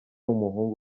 umuhungu